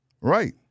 Right